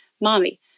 mommy